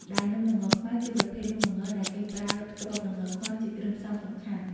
ដែលនំល្ងខ្មៅជាប្រភេទនំល្ងដែលគេប្រើ គ្រាប់ល្ងខ្មៅ ជាគ្រឿងផ្សំសំខាន់។